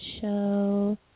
show